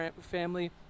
family